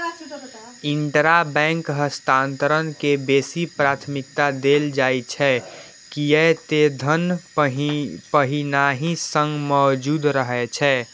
intrabank हस्तांतरण के बेसी प्राथमिकता देल जाइ छै, कियै ते धन पहिनहि सं मौजूद रहै छै